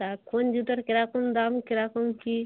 তা কোন জুতোর কিরকম দাম কিরকম কী